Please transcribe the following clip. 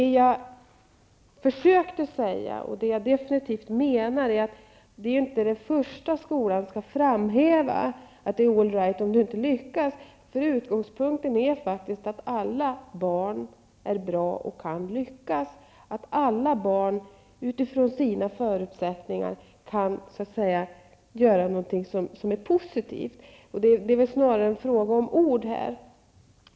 Det jag försökte säga, och det jag definitivt menar, är att det inte är det första skolan skall framhäva, att det är all right om du inte lyckas. Utgångspunkten är faktiskt att alla barn är bra och kan lyckas. Alla barn kan utifrån sina förutsättningar göra någonting som är positivt. Här är det snarare en fråga om ord.